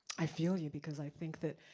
i feel you because i think that,